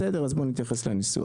בסדר אז בוא נתייחס לניסוח.